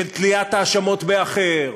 של תליית האשמות באחר,